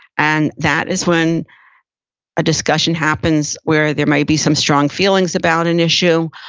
and that is when a discussion happens where there may be some strong feelings about an issue.